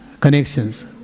connections